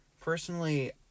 Personally